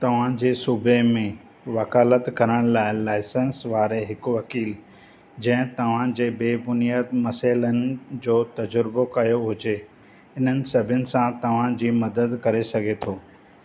तव्हां जे सूबे में वकालत करण लाइ लाइसंस वारे हिकु वकीलु जंहिं तव्हां जे बेबुनियाद मसइलनि जो तजुर्बो कयो हुजे इन्हनि सभिनि सां तव्हां जी मददु करे सघे थो